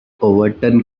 overturned